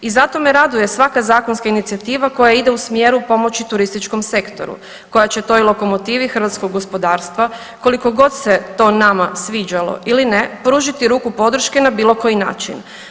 I zato me raduje svaka zakonska inicijativa koja ide u smjeru pomoći turističkom sektoru koja će toj lokomotivi hrvatskog gospodarstva koliko god se to nama sviđalo ili ne pružiti ruku podrške na bilo koji način.